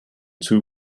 two